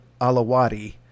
Alawadi